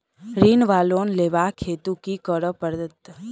ऋण वा लोन लेबाक हेतु की करऽ पड़त?